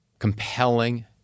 compelling